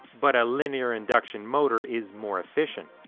but a linear induction motor is more efficient.